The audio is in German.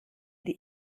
die